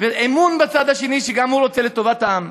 ואי-אמון בצד האחר שגם הוא רוצה לטובת העם,